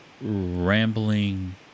rambling